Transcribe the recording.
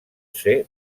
ser